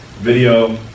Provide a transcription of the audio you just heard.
Video